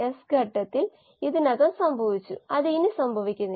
നിങ്ങൾക് ഏത് yield coefficient വേണമെങ്കിലും നിർവചിക്കാം